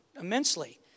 immensely